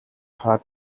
had